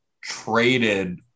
traded